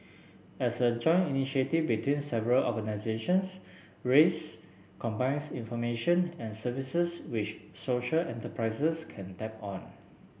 as a joint initiative between several organisations raise combines information and services wish social enterprises can tap on